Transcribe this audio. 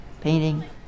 painting